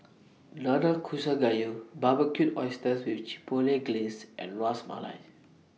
Nanakusa Gayu Barbecued Oysters with Chipotle Glaze and Ras Malai